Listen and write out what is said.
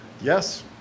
Yes